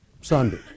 Sunday